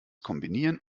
kombinieren